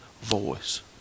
voice